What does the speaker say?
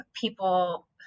people